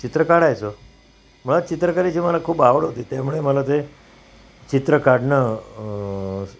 चित्र काढायचो मला चित्रकारीची मला खूप आवड होती त्यामुळे मला ते चित्र काढणं